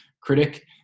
critic